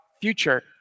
future